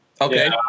Okay